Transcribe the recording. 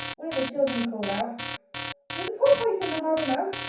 one of the children called out there is a porpoise in the harbour mouth!